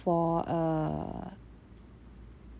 for uh